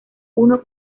uno